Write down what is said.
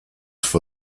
for